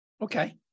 Okay